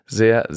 sehr